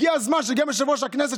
הגיע הזמן שגם יושב-ראש הכנסת,